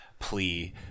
plea